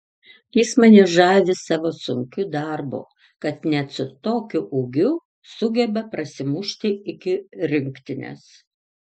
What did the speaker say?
jis mane žavi savo sunkiu darbu kad net su tokiu ūgiu sugeba prasimušti iki rinktinės